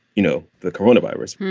you know, the coronavirus mm hmm.